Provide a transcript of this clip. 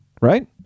right